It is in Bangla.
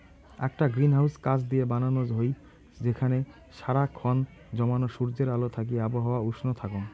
আকটা গ্রিনহাউস কাচ দিয়া বানানো হই যেখানে সারা খন জমানো সূর্যের আলো থাকি আবহাওয়া উষ্ণ থাকঙ